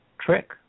trick